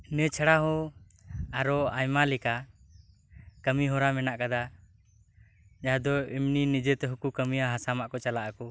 ᱤᱱᱟᱹ ᱪᱷᱟᱲᱟ ᱦᱚᱸ ᱟᱨᱚ ᱟᱭᱢᱟ ᱞᱮᱠᱟ ᱠᱟᱢᱤ ᱦᱚᱨᱟ ᱢᱮᱱᱟᱜ ᱠᱟᱫᱟ ᱡᱟᱦᱟᱸ ᱫᱚ ᱮᱢᱱᱤ ᱱᱤᱡᱮ ᱛᱮᱦᱚᱸ ᱠᱚ ᱠᱟᱢᱤᱭᱟ ᱦᱟᱥᱟ ᱢᱟᱜ ᱠᱚ ᱪᱟᱞᱟᱜ ᱟᱠᱚ